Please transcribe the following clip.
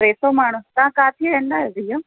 टे सौ माण्हुनि हा काफ़ी आहिनि न भैया